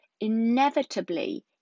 inevitably